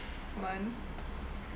们